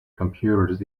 computers